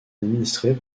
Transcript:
administrée